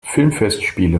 filmfestspiele